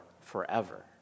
forever